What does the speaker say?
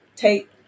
Take